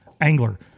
angler